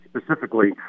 specifically